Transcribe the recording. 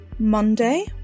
monday